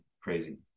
crazy